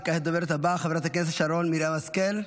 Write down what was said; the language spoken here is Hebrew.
וכעת הדוברת הבאה, חברת הכנסת שרן מרים השכל.